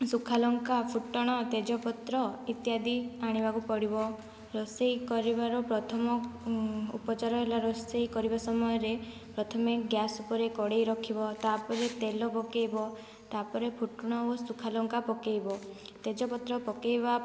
ଶୁଖାଲଙ୍କା ଫୁଟଣ ତେଜପତ୍ର ଇତ୍ୟାଦି ଆଣିବାକୁ ପଡ଼ିବ ରୋଷେଇ କରିବାର ପ୍ରଥମ ଉପଚାର ହେଲା ରୋଷେଇ କରିବା ସମୟରେ ପ୍ରଥମେ ଗ୍ୟାସ୍ ଉପରେ କଡ଼େଇ ରଖିବ ତାପରେ ତେଲ ପକେଇବ ତାପରେ ଫୁଟଣ ଓ ଶୁଖାଲଙ୍କା ପକେଇବ ତେଜପତ୍ର ପକେଇବା